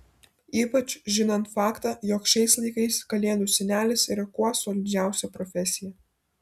ypač žinant faktą jog šiais laikais kalėdų senelis yra kuo solidžiausia profesija